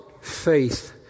faith